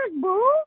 boo